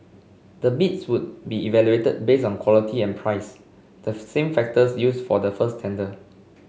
the bids would be evaluated based on quality and price the same factors used for the first tender